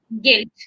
guilt